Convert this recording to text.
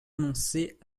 renoncer